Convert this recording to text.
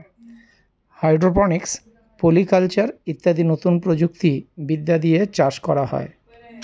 hydroponics, polyculture ইত্যাদি নতুন প্রযুক্তি বিদ্যা দিয়ে চাষ করা হয়